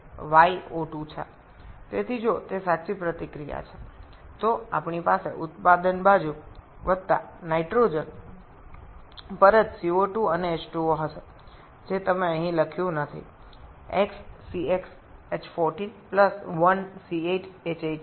সুতরাং এটি যদি সত্যিকারের বিক্রিয়া হয় তবে আমরা এখানে কেবল উৎপাদিত হিসাবে CO2 এবং H2O পাব তার সাথে সাথে নাইট্রোজেন ও পাব যা আপনি এখানে লিখেননি